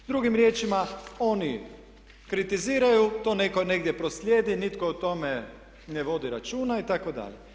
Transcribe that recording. Drugim riječima oni kritiziraju, to netko negdje proslijedi, nitko o tome ne vodi računa itd.